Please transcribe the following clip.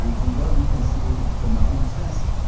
and from what we can see from our own test,